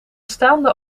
staande